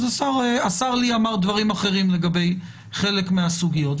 השר לי אמר דברים אחרים לגבי חלק מהסוגיות,